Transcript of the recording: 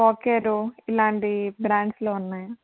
కోకేరు ఇలాంటి బ్రాండ్స్ లో ఉన్నాయా